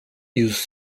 use